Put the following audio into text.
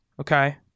Okay